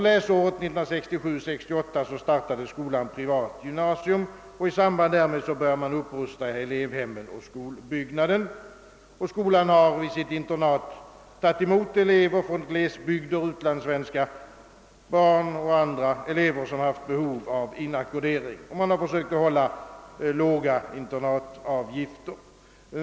Läsåret 1967/68 startade skolan privatgymnasium och i samband därmed började man upprusta elevhemmet och skolbyggnaden. Skolan har i sitt internat tagit emot barn till utlandssvenskar och elever från glesbygder, med behov av inackordering, och man har försökt hålla låga internatavgifter.